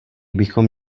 bychom